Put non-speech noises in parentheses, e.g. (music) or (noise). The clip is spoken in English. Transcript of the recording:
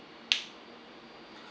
(noise)